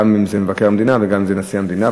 אם זה בחירת מבקר המדינה ואם זה בחירת נשיא המדינה.